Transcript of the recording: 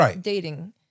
dating